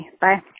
Bye